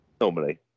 normally